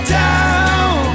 down